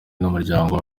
n’umuryango